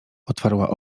otwarła